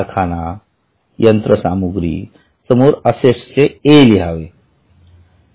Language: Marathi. कारखाना आणि यंत्रसामुग्री समोर असेट्स चे A लिहावे लागेल